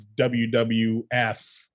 WWF